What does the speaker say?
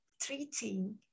treating